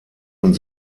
und